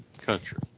country